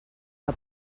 que